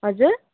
हजुर